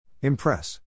Impress